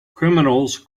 criminals